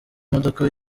imodoka